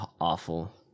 awful